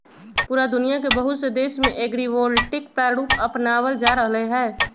पूरा दुनिया के बहुत से देश में एग्रिवोल्टिक प्रारूप अपनावल जा रहले है